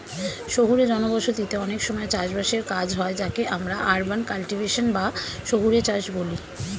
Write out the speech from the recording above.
শহুরে জনবসতিতে অনেক সময় চাষ বাসের কাজ হয় যাকে আমরা আরবান কাল্টিভেশন বা শহুরে চাষ বলি